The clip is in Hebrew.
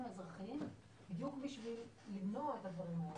האזרחיים בדיוק בשביל למנוע את הדברים האלה.